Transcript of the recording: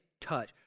touch